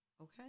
Okay